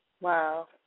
Wow